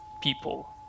people